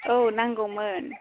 औ नांगौमोन